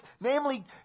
Namely